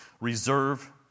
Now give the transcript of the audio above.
Reserve